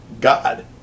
God